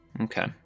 Okay